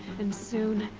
and soon.